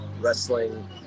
wrestling